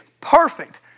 perfect